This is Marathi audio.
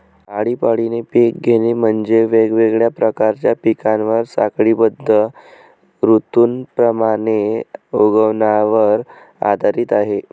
आळीपाळीने पिक घेणे म्हणजे, वेगवेगळ्या प्रकारच्या पिकांना साखळीबद्ध ऋतुमानाप्रमाणे उगवण्यावर आधारित आहे